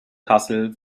kassel